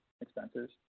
expenses